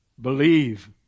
Believe